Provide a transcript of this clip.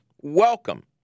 welcome